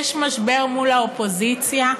יש משבר מול האופוזיציה,